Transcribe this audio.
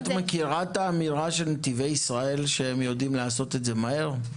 את מכירה את האמירה של נתיבי ישראל שהם יודעים לעשות את זה מהר?